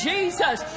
Jesus